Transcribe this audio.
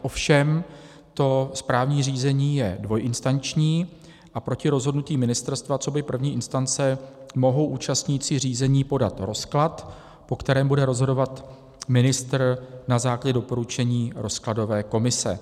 Ovšem to správní řízení je dvojinstanční a proti rozhodnutí ministerstva coby první instance mohou účastníci řízení podat rozklad, po kterém bude rozhodovat ministr na základě doporučení rozkladové komise.